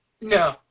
No